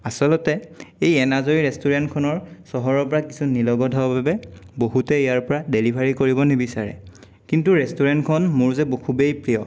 আচলতে এই এনাজৰী ৰেষ্টুৰেণ্টখনৰ চহৰৰ পৰা কিছু নীলগত বাবে বহুতে ইয়াৰ পৰা ডেলিভাৰী কৰিব নিবিচাৰে কিন্তু ৰেষ্টুৰেণ্টখন মোৰ যে ব খুবেই প্ৰিয়